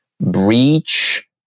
breach